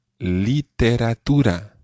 literatura